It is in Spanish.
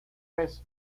vez